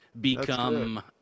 become